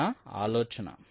ఇది నా ఆలోచన